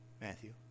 Matthew